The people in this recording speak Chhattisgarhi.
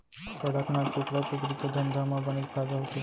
कड़कनाथ कुकरा कुकरी के धंधा म बनेच फायदा होथे